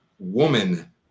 woman